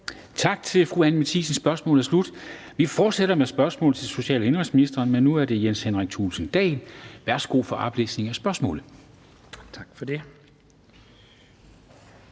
Tak til fru Anni Matthiesen. Spørgsmålet er slut. Vi fortsætter med spørgsmål til social- og indenrigsministeren, men nu er det af Jens Henrik Thulesen Dahl. Kl. 14:27 Spm. nr. S 1438 12) Til social-